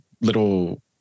little